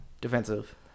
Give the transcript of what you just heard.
defensive